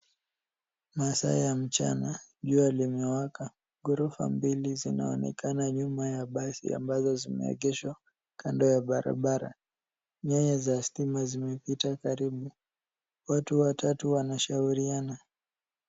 Masaa ya mchana. Jua limewaka. Ghorofa mbili zinaonekana nyuma ya basi ambazo zimeegeshwa kando ya barabara. Nyaya za stima zimepita karibu. Watu watatu wanashauriana.